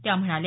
त्या म्हणाल्या